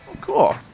Cool